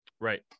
Right